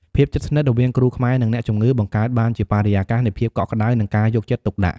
ភាពជិតស្និទ្ធរវាងគ្រូខ្មែរនិងអ្នកជំងឺបង្កើតបានជាបរិយាកាសនៃភាពកក់ក្តៅនិងការយកចិត្តទុកដាក់។